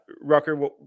Rucker